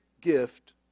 gift